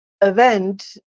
Event